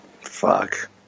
Fuck